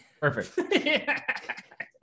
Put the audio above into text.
Perfect